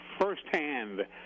firsthand